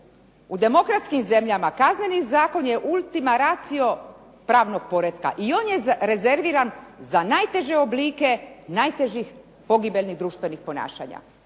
U demokratskim zemljama Kazneni zakon je ultima ratio pravnog poretka i on je rezerviran za najteže oblike najtežih pogibeljnih društvenih ponašanja.